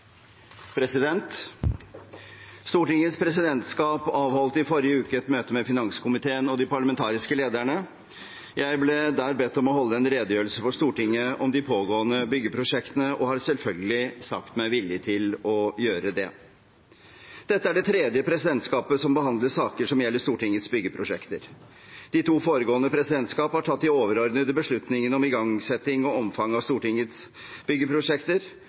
de pågående byggeprosjektene, og har selvfølgelig sagt meg villig til å gjøre det. Dette er det tredje presidentskapet som behandler saker som gjelder Stortingets byggeprosjekter. De to foregående presidentskap har tatt de overordnede beslutningene om igangsetting og omfang av Stortingets byggeprosjekter.